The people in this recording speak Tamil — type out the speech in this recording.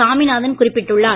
சாமிநாதன் குறிப்பிட்டுள்ளார்